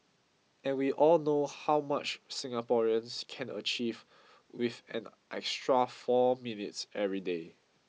and we all know how much Singaporeans can achieve with an extra four minutes every day